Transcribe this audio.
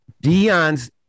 Dion's